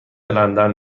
لندن